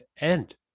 end